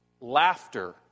laughter